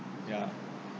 ya